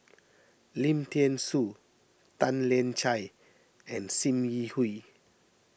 Lim thean Soo Tan Lian Chye and Sim Yi Hui